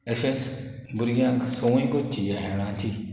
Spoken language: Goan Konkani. तेशेंच भुरग्यांक सुंवय कोरची ह्या हेळांची